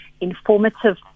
informative